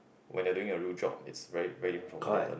when they are doing a real job is very very different from what they learned